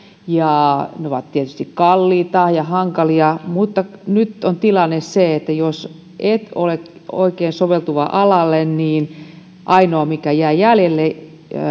ja ne ovat tietysti kalliita ja hankalia mutta nyt on tilanne se että jos et ole oikein soveltuva alalle niin ainoa mikä jää jäljelle